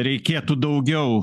reikėtų daugiau